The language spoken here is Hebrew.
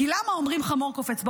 כי למה אומרים "חמור קופץ בראש"?